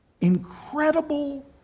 incredible